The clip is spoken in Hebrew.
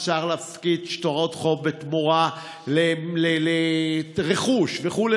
אפשר להפקיד שטרות חוב בתמורה לרכוש וכו'.